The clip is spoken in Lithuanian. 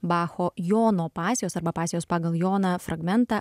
bacho jono pasijos arba pasijos pagal joną fragmentą